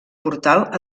portal